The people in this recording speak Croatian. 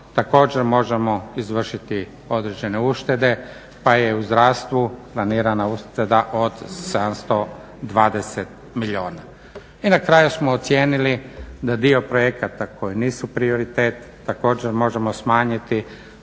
također možemo izvršiti određene uštede pa je u zdravstvu planirana ušteda od 720 milijuna. I na kraju smo ocijenili da dio projekata koji nisu prioritet također možemo smanjiti